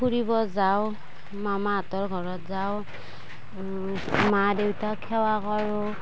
ফুৰিব যাওঁ মামাহঁতৰ ঘৰত যাওঁ মা দেউতাক সেৱা কৰোঁ